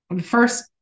first